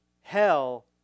hell